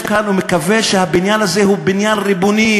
כאן ומקווה שהבניין הזה הוא בניין ריבוני.